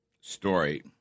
story